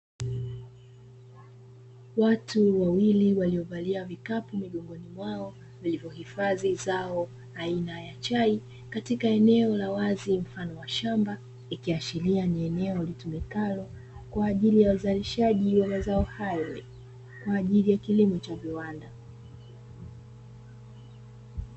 Watu wawili waliovalia vikapu migongoni mwao vilivyohifadhi zao aina ya chai katika eneo la wazi mfano wa shamba, ikiashiria ni eneo litumikalo kwa ajili ya uzalishaji wa mazao hayo kwaajili ya kilimo cha viwanda.